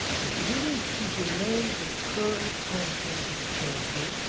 but if it is to delay the current contract of the chancellor.